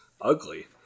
ugly